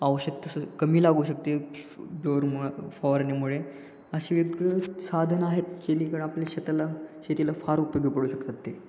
औषध तसं कमी लागू शकते ब्लोअरमुळं फवारणीमुळे असे वेगवेगळे साधनं आहेत जेणेकरून आपल्या शेताला शेतीला फार उपयोगी पडू शकतात ते